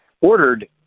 ordered